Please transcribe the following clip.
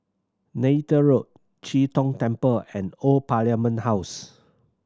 Neythal Road Chee Tong Temple and Old Parliament House